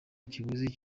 ikiguzi